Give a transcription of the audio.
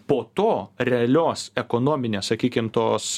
po to realios ekonominės sakykim tos